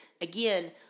again